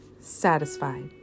satisfied